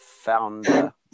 founder